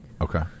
Okay